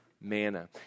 manna